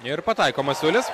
ir pataiko masiulis